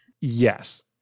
Yes